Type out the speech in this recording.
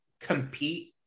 compete